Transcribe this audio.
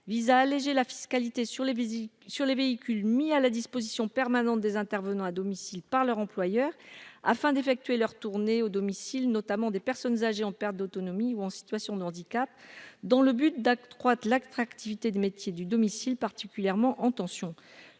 vise à alléger la fiscalité sur les véhicules mis à la disposition permanente des intervenants à domicile par leur employeur afin d'effectuer leurs tournées au domicile, notamment des personnes âgées en perte d'autonomie ou en situation de handicap, dans le but d'accroître l'attractivité des métiers du domicile, particulièrement en tension.